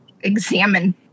examine